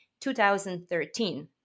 2013